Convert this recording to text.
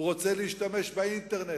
הוא רוצה להשתמש באינטרנט.